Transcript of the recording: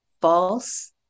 false